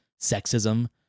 sexism